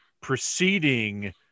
preceding